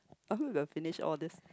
I hope we will finish all this